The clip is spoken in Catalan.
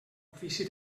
ofici